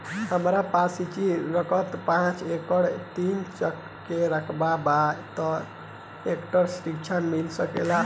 हमरा पास सिंचित रकबा पांच एकड़ तीन चक में रकबा बा त ट्रेक्टर ऋण मिल सकेला का?